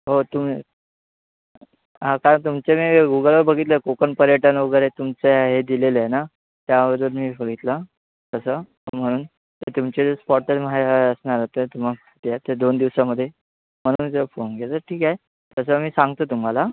हो तुम्ही हां काल तुमचे मी गुगलवर बघितले कोकण पर्यटन वगैरे तुमचा हे दिलेलं आहे ना त्यावरून मी बघितलं तसं म्हणून तुमचे जे स्पॉट तर माहीत हे असणारच ते तुमं त्या त्या दोन दिवसामध्ये म्हणून मी तुया फोन केला ठीक आहे तसं मी सांगतो तुम्हाला